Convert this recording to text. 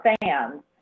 fans